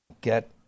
get